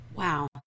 Wow